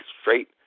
straight